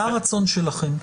מה הרצון שלכם?